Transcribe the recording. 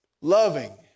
loving